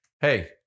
hey